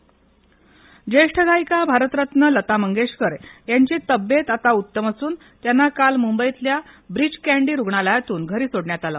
लता मंगेशकर ज्येष्ठ गायिका भारतरत्न लता मंगेशकर यांची तब्येत आता उत्तम असून त्यांना काल मुंबईतल्या ब्रीच कॅन्डी रुग्णालयातून घरी सोडण्यात आलं